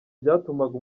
byatumaga